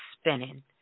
spinning